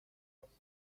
bridge